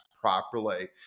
properly